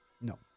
No